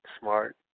smart